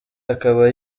akaba